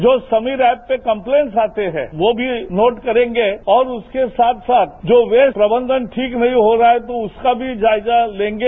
जो समीर एप पर कप्लेंट्स आते हैं वो भी नोट करेंगे और उसके साथ साथ जो वेस्ट प्रबंधन ठीक नहीं हो रहा है तो उसका भी जायजा लेंगे